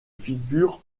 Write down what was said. figurent